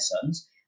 sons